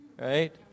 Right